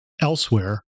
Elsewhere